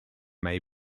may